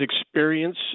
experience